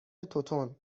توتون